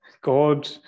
God